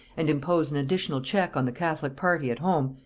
and impose an additional check on the catholic party at home,